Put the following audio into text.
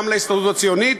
גם להסתדרות הציונית,